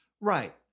Right